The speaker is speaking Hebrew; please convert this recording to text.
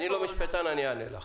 אני לא משפטן, אני אענה לך.